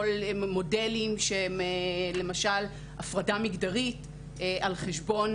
כל מיני מודלים למשל של הפרדה מגדרית על חשבון